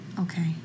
Okay